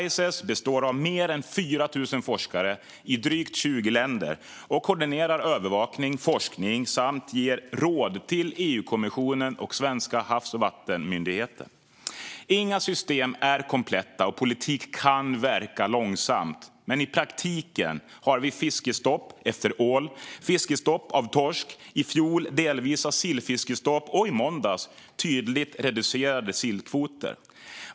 Ices består av mer än 4 000 forskare i drygt 20 länder och koordinerar övervakning och forskning samt ger råd till EU-kommissionen och den svenska Havs och vattenmyndigheten. Inga system är kompletta, och politik kan verka långsamt. Men i praktiken har vi fiskestopp efter ål och fiskestopp av torsk. I fjol var det delvisa sillfiskestopp, och i måndags blev det tydligt reducerade sillkvoter.